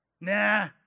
Nah